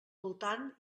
voltant